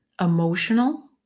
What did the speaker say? Emotional